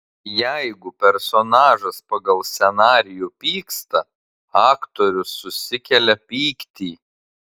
jeigu personažas pagal scenarijų pyksta aktorius susikelia pyktį